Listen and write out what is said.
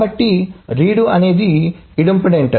కాబట్టి రీడు అనేది ఇదేంపోటెంట్